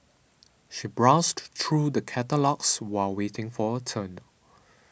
she browsed through the catalogues while waiting for her turn